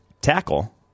tackle